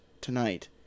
tonight